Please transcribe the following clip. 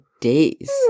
days